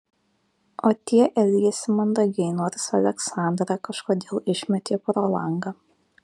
o tie elgėsi mandagiai nors aleksandrą kažkodėl išmetė pro langą